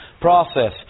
process